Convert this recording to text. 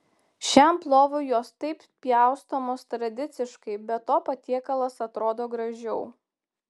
šiam plovui jos taip pjaustomos tradiciškai be to patiekalas atrodo gražiau